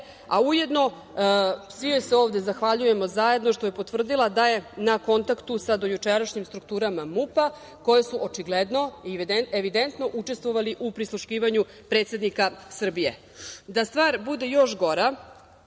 a ujedno, svi joj se ovde zahvaljujemo zajedno što je potvrdila da je na kontaktu sa do jučerašnjim strukturama MUP-a, koje su očigledno i evidentno učestvovali u prisluškivanju predsednika Srbije. Da stvar bude još gora,